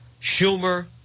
Schumer